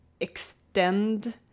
extend